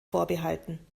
vorbehalten